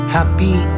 Happy